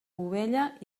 ovella